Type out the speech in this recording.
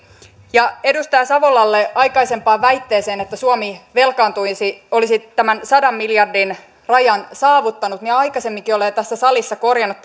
ja edustaja savolalle aikaisempaan väitteeseen että suomi velkaantuisi ja olisi tämän sadan miljardin rajan saavuttanut aikaisemminkin olen jo tässä salissa korjannut